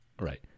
right